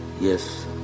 Yes